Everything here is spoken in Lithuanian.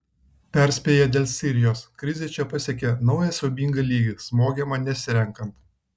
perspėja dėl sirijos krizė čia pasiekė naują siaubingą lygį smogiama nesirenkant